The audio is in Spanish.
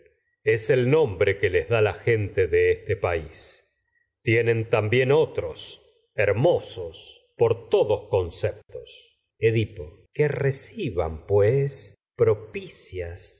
ven el nombre que les gente de este pais tienen también edipo otros hermosos por todos conceptos propicias a que reciban pues